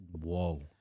Whoa